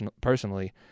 personally